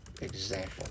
example